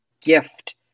gift